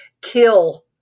kill